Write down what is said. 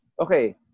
okay